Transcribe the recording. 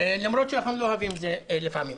למרות שאנחנו לא אוהבים את זה לפעמים.